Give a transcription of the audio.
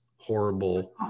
horrible